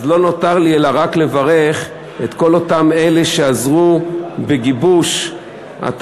אז לא נותר לי אלא רק לברך את כל אלה שעזרו בגיבוש התקציב.